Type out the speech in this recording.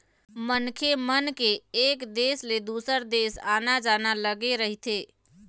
मनखे मन के एक देश ले दुसर देश आना जाना लगे रहिथे